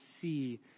see